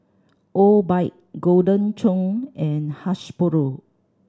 Obike Golden Churn and Hasbro